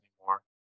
anymore